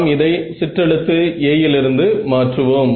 நாம் இதை சிற்றெழுத்து a லிருந்து மாற்றுவோம்